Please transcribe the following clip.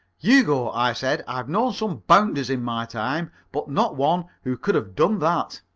hugo, i said, i've known some bounders in my time, but not one who could have done that.